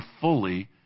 fully